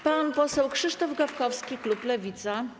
Pan poseł Krzysztof Gawkowski, klub Lewica.